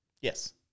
Yes